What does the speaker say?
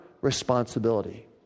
responsibility